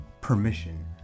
permission